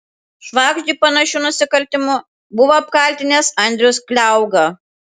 švagždį panašiu nusikaltimu buvo apkaltinęs andrius kliauga